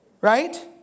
Right